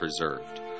preserved